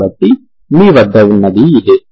కాబట్టి మీ వద్ద ఉన్నది ఇదే